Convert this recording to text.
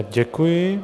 Děkuji.